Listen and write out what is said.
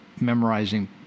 memorizing